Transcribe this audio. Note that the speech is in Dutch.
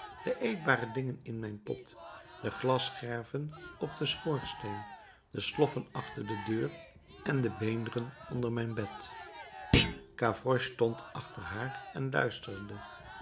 de eetbare dingen in mijn pot de glasscherven op den schoorsteen de sloffen achter de deur en de beenderen onder mijn bed gavroche stond achter haar en luisterde